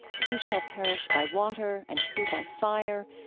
who shall perish by water and who by fire?